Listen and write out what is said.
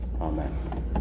Amen